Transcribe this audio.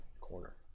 corner